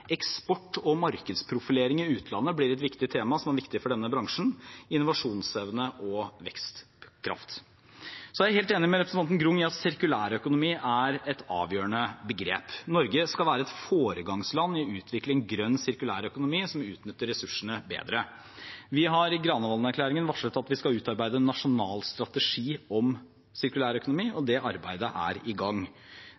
Eksport og markedsprofilering i utlandet blir et viktig tema, som er viktig for denne bransjen, og innovasjonsevne og vekstkraft. Jeg er helt enig med representanten Grung i at sirkulærøkonomi er et avgjørende begrep. Norge skal være et foregangsland i utviklingen av en grønn, sirkulær økonomi, som utnytter ressursene bedre. Vi har i Granavolden-erklæringen varslet at vi skal utarbeide en nasjonal strategi om sirkulærøkonomi, og